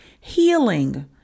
Healing